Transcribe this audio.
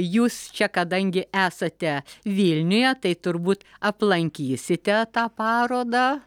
jūs čia kadangi esate vilniuje tai turbūt aplankysite tą parodą